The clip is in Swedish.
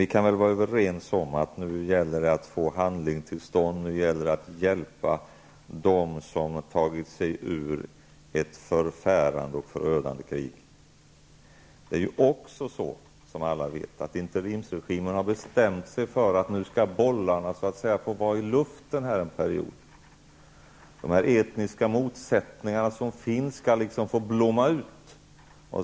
Vi kan väl vara överens om att det nu gäller att få till stånd handling, att hjälpa dem som har tagit sig ur ett förfärande och förödande krig. Som alla vet har interimregimen bestämt sig för att bollarna skall få vara i luften en period. De etniska motsättningar som finns skall få blomma ut.